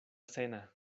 cena